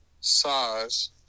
size